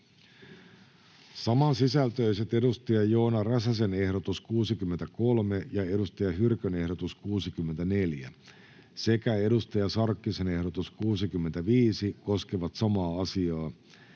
Samansisältöiset Joona Räsäsen ehdotus 63 ja Saara Hyrkön ehdotus 64 sekä Hanna Sarkkisen ehdotus 65 koskevat samaa asiaa,